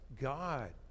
God